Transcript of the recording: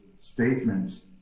statements